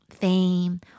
fame